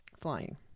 Flying